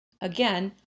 Again